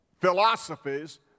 philosophies